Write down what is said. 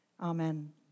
Amen